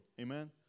Amen